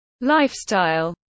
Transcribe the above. lifestyle